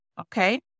Okay